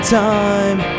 time